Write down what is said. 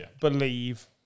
believe